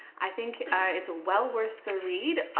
i think it's well worth the read.